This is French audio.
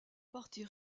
partie